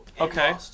Okay